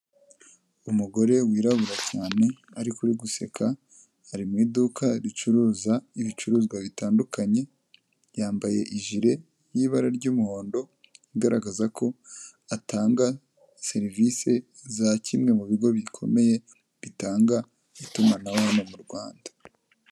Umugore wirabura cyane ariko uri guseka, ari mu iduka ricuruza ibicuruzwa bitandukanye, yambaye ijire y'ibara ry'umuhondo igaragaza ko atanga serivise za kimwe mu bigo bikomeye bitanga itumanaho hano mu Rwanda.